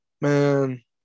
man